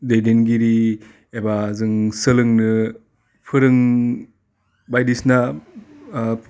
दैदेनगिरि एबा जों सोलोंनो फोरों बायदिसिना